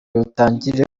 dutangire